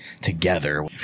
together